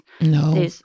No